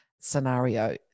scenario